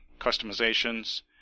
customizations